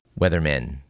weathermen